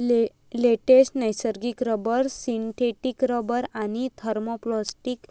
latex, नैसर्गिक rubber, synthetic rubber आणि thermoplastic